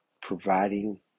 providing